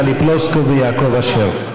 טלי פלוסקוב ויעקב אשר.